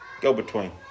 go-between